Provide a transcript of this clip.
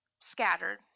scattered